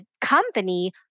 company